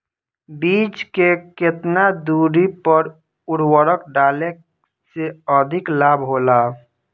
बीज के केतना दूरी पर उर्वरक डाले से अधिक लाभ होला?